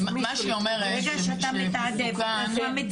מי שהפר את הצו הגנה --- זה הקטע בעדיפות,